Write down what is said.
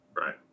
Right